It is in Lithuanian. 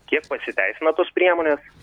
kiek pasiteisina tos priemonės